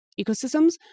ecosystems